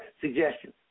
suggestions